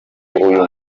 muraperi